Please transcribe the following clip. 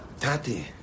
Tati